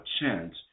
chance